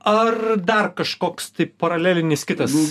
ar dar kažkoks tai paralelinis kitas